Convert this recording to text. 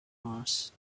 mars